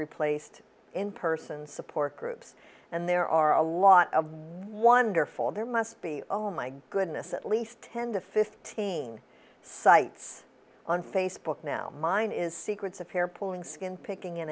replaced in person support groups and there are a lot of wonderful there must be oh my goodness at least ten to fifteen sites on facebook now mine is secrets of hair pulling skin picking in